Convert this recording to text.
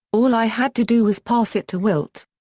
all i had to do was pass it to wilt.